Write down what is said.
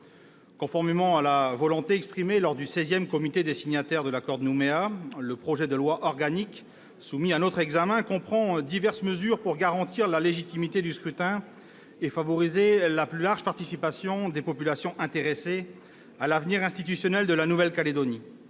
Conformément à la volonté exprimée lors du XVI comité des signataires de l'accord de Nouméa, le projet de loi organique soumis à notre examen comprend diverses mesures pour garantir la légitimité du scrutin et favoriser la plus large participation des « populations intéressées » à l'avenir institutionnel de la Nouvelle-Calédonie,